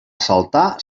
saltar